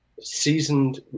seasoned